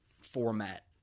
format